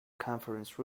conference